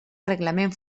reglament